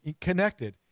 connected